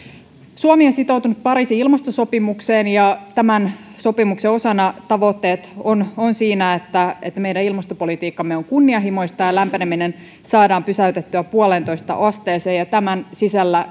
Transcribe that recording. suomi on sitoutunut pariisin ilmastosopimukseen ja tämän sopimuksen osana tavoitteet ovat siinä että meidän ilmastopolitiikkamme on kunnianhimoista ja lämpeneminen saadaan pysäytettyä puoleentoista asteeseen ja tämän sisällä